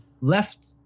left